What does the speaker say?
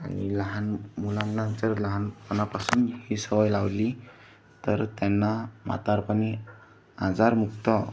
आणि लहान मुलांनां जर लहानपणापासून ही सवय लावली तर त्यांना म्हातारपणी आजारमुक्त